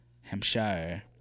Hampshire